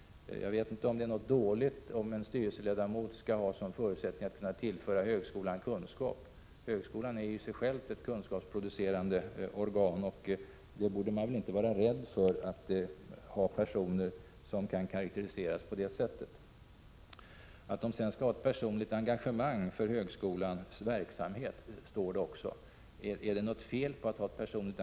Jag vet inte om det är en så dålig förutsättning att en styrelseledamot skall kunna tillföra högskolan kunskap. Högskolan är ju i sig själv ett kunskapsproducerande organ, och då borde man väl inte vara rädd för att ha personer i styrelsen som kan karakteriseras på det sättet. De skall ha ett personligt engagemang för högskolans verksamhet, står det också. Är det något fel, kan man fråga sig.